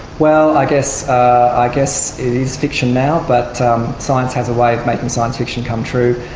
well, i guess. i guess it is fiction now, but science has a way of making science fiction come true,